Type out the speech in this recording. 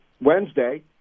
Wednesday